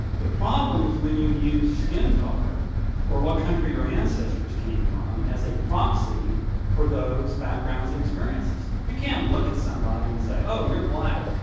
the problem is when you use skin color or what country your ance and so stors came from as a proxy for those backgrounds and experiences. you can't look at somebody and say, oh, you're black.